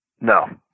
No